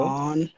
on